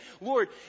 Lord